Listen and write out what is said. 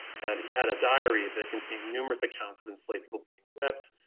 and he had a diary that contain numerous accounts of enslaved people being whipped,